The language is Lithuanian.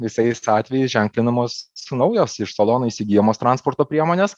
visais atvejais ženklinamos naujos iš salono įsigyjamos transporto priemonės